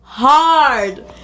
hard